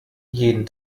jeden